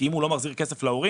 כי אם הוא לא מחזיר כסף להורים,